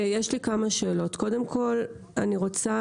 כמה שאלות: ראשית,